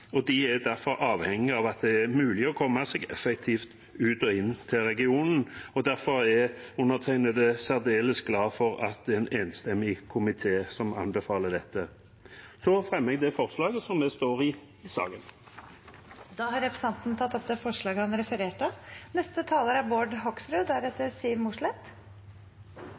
og de er avhengige av at det er mulig å komme seg effektivt både ut av og inn til regionen. Derfor er undertegnede særdeles glad for at det er en enstemmig komité som anbefaler dette. Jeg fremmer det forslaget vi er en del av i saken. Representanten Øystein Langholm Hansen har tatt opp det forslaget han refererte til. Dette er